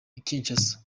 kinshasa